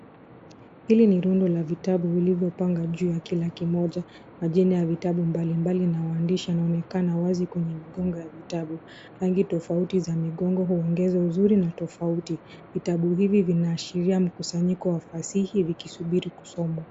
Hili ni rundo la vitabu vilivyopanga juu ya kila kimoja. Majina ya vitabu mbalimbali na uandishi yanaonekana wazi kwenye migongo ya vitabu. Rangi tofauti za migongo huongeza uzuri na tofauti. Vitabu hivi vinaashiria mkusanyiko wa fasihi vikisubiri kusomwa.